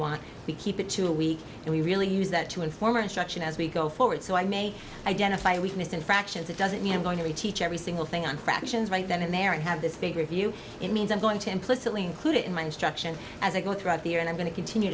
want we keep it to a week and we really use that to inform our instruction as we go forward so i may identify weakness in fractions it doesn't mean i'm going to teach every single thing on fractions right then and there and have this big review it means i'm going to implicitly include it in my instruction as i go throughout the year and i'm going to continue